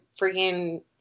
freaking